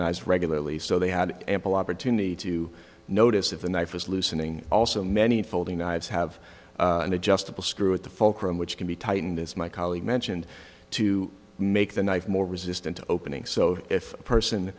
knives regularly so they had ample opportunity to notice if the knife was loosening also many unfolding knives have an adjustable screw at the fulcrum which can be tightened as my colleague mentioned to make the knife more resistant to opening so if a person